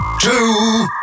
Two